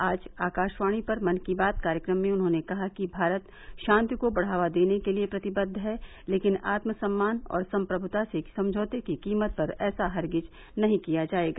आज आकाशवाणी पर मन की बात कार्यक्रम में उन्होंने कहा कि भारत शांति को बढ़ावा देने के लिए प्रतिबद्व है लेकिन आत्म सम्मान और संप्रभुता से समझौते की कीमत पर ऐसा हरगिज नहीं किया जाएगा